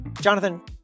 Jonathan